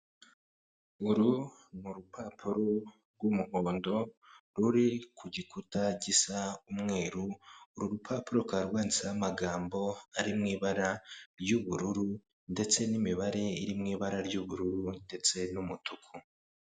Uru ni urupapuro rw'umuhondo, ruri ku gikuta gisa umweru, uru rupapuro rukaba rwanditseho amagambo ari mu ibara ry'ubururu ndetse n'imibare iri mu ibara ry'ubururu ndetse n'umutuku.